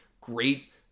great